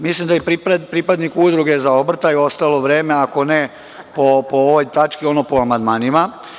Mislim da je pripadniku „udruge za obrtaj“ ostalo vreme ako ne po ovoj tački, ono po amandmanima.